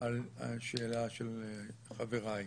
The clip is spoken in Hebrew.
על השאלה של חבריי.